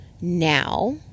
now